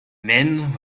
men